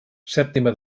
sèptima